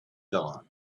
dawn